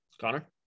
Connor